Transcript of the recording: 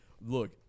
Look